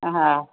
हा